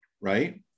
right